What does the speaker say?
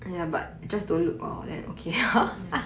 ya